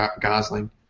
Gosling